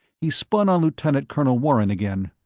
he spun on lieutenant colonel warren again.